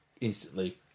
instantly